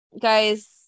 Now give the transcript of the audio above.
guys